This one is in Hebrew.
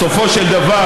בסופו של דבר,